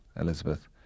Elizabeth